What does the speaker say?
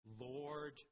Lord